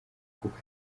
kuko